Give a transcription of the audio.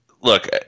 Look